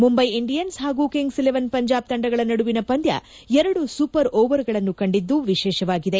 Mumbai Indians ಹಾಗೂ Kings Eleven Punjab ತಂಡಗಳ ನಡುವಿನ ಪಂದ್ಯ ಎರಡು ಸೂಪರ್ ಓವರ್ಗಳನ್ನು ಕಂಡಿದ್ದು ವಿಶೇಷವಾಗಿದೆ